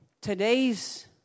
today's